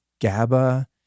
GABA